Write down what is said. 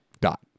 dot